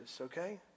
okay